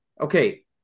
okay